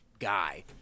guy